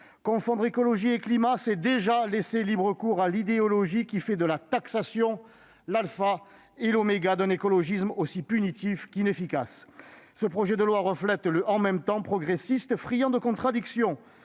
Confondre écologie et climat, c'est déjà laisser libre cours à l'idéologie qui fait de la taxation l'alpha et l'oméga d'un écologisme aussi punitif qu'inefficace. Ce projet de loi reflète le « en même temps » progressiste, friand de contradictions.